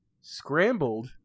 Scrambled